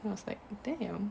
I was like damn